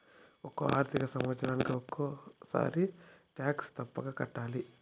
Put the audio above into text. ఒక్కో ఆర్థిక సంవత్సరానికి ఒక్కసారి టాక్స్ తప్పక కట్టాలి